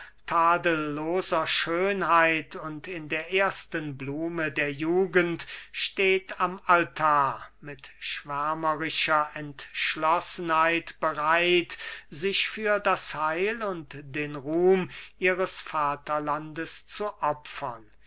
tadelloser schönheit und in der ersten blume der jugend steht am altar mit schwärmerischer entschlossenheit bereit sich für das heil und den ruhm ihres vaterlands zu opfern